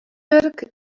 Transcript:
wurk